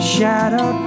Shadow